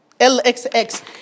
LXX